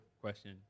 question